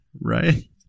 Right